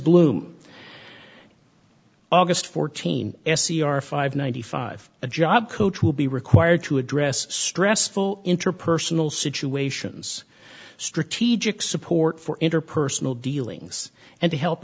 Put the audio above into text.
bloom aug fourteenth s e r five ninety five a job coach will be required to address stressful interpersonal situations strategic support for interpersonal dealings and to help